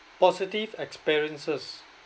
positive experiences